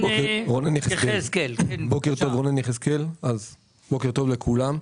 בוקר טוב לכולם.